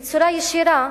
בצורה ישירה,